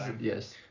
yes